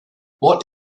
what